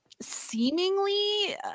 seemingly